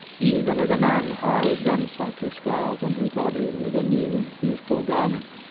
even as a man hides unsightly scars on his body with a new and beautiful garment.